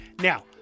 now